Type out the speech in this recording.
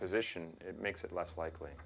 position it makes it less likely